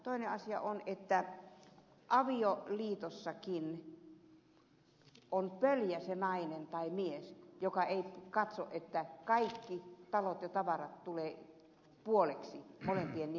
toinen asia on että avioliitossakin on pöljä se nainen tai mies joka ei katso että kaikki talot ja tavarat tulee puoleksi molempien nimiin